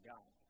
God